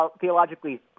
theologically